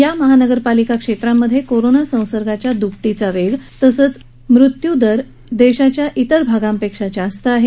या महानगरपालिका क्षेत्रांमध्ये कोरोना संसर्गाच्या द्रपटीचा वेग तसंच मृत्यू दर देशाच्या अन्य भागापेक्षा जास्त आहे